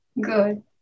Good